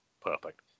Perfect